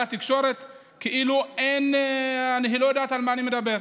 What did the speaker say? לתקשורת כאילו היא לא יודעת על מה אני מדבר.